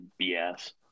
BS